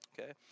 Okay